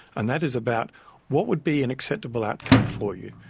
and that is about what would be an acceptable outcome for you.